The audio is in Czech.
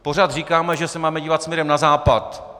Pořád říkáme, že se máme dívat směrem na západ.